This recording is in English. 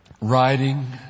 riding